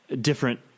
different